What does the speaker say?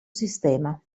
sistema